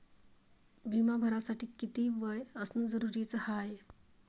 बिमा भरासाठी किती वय असनं जरुरीच हाय?